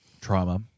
Trauma